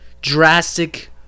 drastic